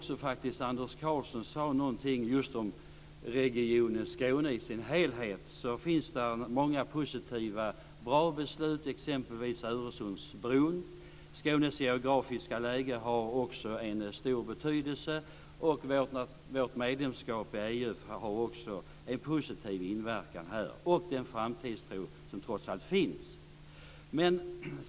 Anders Karlsson sade om just Region Skåne som helhet att det finns många positiva och bra beslut, exempelvis Öresundsbron. Skånes geografiska läge har stor betydelse. Vårt medlemskap i EU har också en positiv inverkan, liksom den framtidstro som trots allt finns.